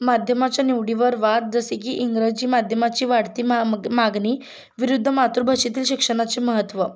माध्यमाच्या निवडीवर वाद जसे की इंग्रजी माध्यमाची वाढती मा मग मागणी विरुद्ध मातृभाषेतील शिक्षणाचे महत्त्व